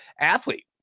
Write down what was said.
athlete